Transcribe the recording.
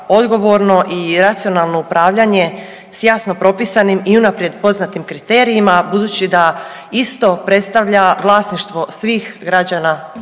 odgovorno i racionalno upravljanje s jasno propisanim i unaprijed poznatim kriterijima, a budući da isto predstavlja vlasništvo svih građana